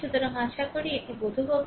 সুতরাং আশা করি এটি বোধগম্য